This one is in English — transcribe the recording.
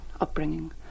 upbringing